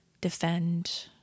defend